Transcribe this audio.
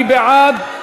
מי בעד?